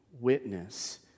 witness